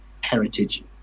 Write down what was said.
heritage